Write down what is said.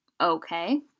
Okay